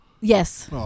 yes